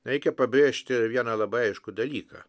reikia pabrėžti vieną labai aiškų dalyką